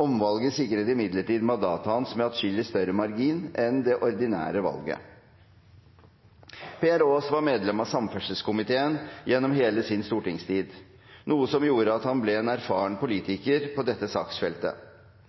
Omvalget sikret imidlertid mandatet hans med atskillig større margin enn det ordinære valget. Per Aas var medlem av samferdselskomiteen gjennom hele sin stortingstid, noe som gjorde at han ble en erfaren politiker på dette saksfeltet.